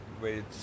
Wait